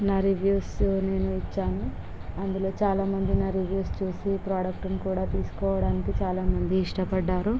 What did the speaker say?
నా రివ్యూస్ నేను ఇచ్చాను అందులో చాలా మంది నా రివ్యూస్ చూసి ప్రాడక్టుని కూడా తీసుకోవడానికి చాలా మంది ఇష్ట పడ్డారు